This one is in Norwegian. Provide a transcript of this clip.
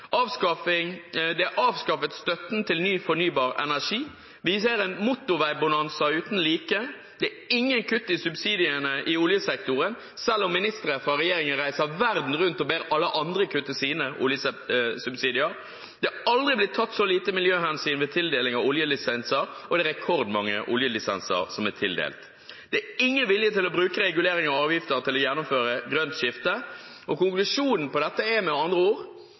periode. De har avskaffet støtten til ny fornybar energi, vi ser en motorveibonanza uten like, det er ingen kutt i subsidiene i oljesektoren, selv om ministre fra regjeringen reiser verden rundt og ber alle andre kutte i sine oljesubsidier, det er aldri blitt tatt så lite miljøhensyn ved tildeling av oljelisenser, og det er rekordmange oljelisenser som er tildelt. Det er ingen vilje til å bruke reguleringer og avgifter til å gjennomføre et grønt skifte, og konklusjonen på dette er med andre ord: